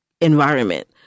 environment